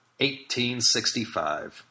1865